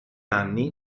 anni